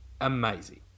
amazing